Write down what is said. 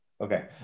Okay